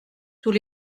tous